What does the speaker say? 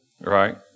Right